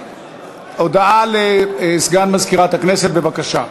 הודעה לסגן מזכירת הכנסת, בבקשה.